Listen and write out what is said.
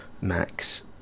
max